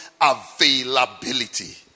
availability